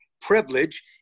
privilege